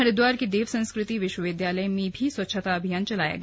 हरिद्वार के देव संस्कृति विश्वविद्यालय में भी स्वच्छता अभियान चलाया गया